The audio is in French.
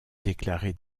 déclaré